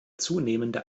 zunehmende